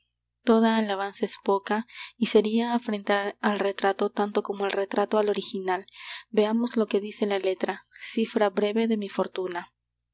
toda alabanza es poca y seria afrentar al retrato tanto como el retrato al original veamos lo que dice la letra cifra breve de mi fortuna